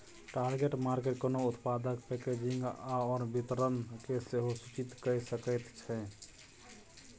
target market कोनो उत्पादक packaging आओर वितरणकेँ सेहो सूचित कए सकैत छै